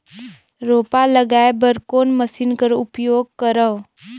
रोपा लगाय बर कोन मशीन कर उपयोग करव?